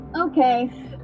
okay